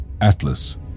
Atlas